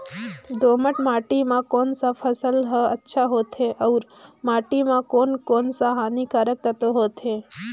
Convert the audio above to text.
दोमट माटी मां कोन सा फसल ह अच्छा होथे अउर माटी म कोन कोन स हानिकारक तत्व होथे?